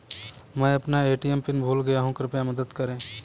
मैं अपना ATM PIN भूल गया हूँ, कृपया मदद करें